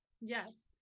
yes